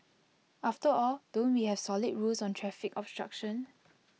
after all don't we have solid rules on traffic obstruction